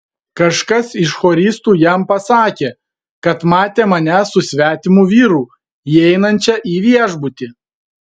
kažkas iš choristų jam pasakė kad matė mane su svetimu vyru įeinančią į viešbutį